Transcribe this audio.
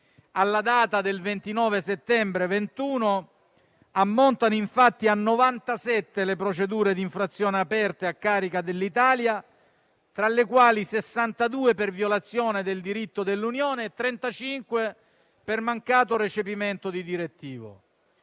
Alla data del 29 settembre 2021 ammontano a 97 le procedure di infrazione aperte a carico dell'Italia, delle quali 62 per violazione del diritto dell'Unione europea e 35 per mancato recepimento di direttive.